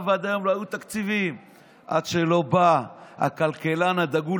המחדל, ורק במקרים הנדרשים תהיה כבילה במקום